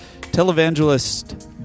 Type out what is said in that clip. Televangelist